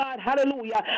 hallelujah